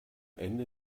ende